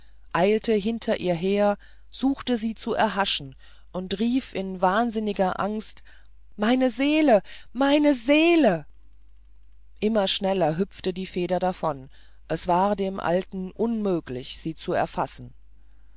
eilte hinter ihr her suchte sie zu erhaschen und rief in wahnsinniger angst meine seele meine seele immer schneller hüpfte die feder davon es war dem alten unmöglich sie zu erfassen